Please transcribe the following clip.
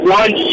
one